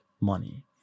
money